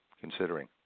considering